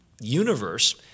universe